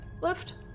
left